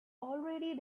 already